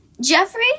Jeffrey